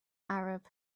arab